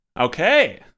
Okay